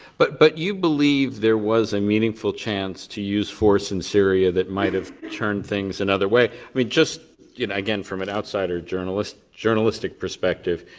but but you believe there was a meaningful chance to use force in syria that might've turned things another way. i mean just, you know again from an outsider journalistic journalistic perspective,